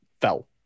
fell